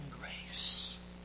grace